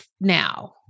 now